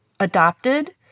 adopted